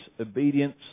obedience